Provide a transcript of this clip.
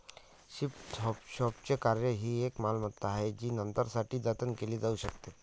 thrift शॉपचे कार्य ही एक मालमत्ता आहे जी नंतरसाठी जतन केली जाऊ शकते